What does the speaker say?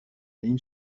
این